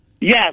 Yes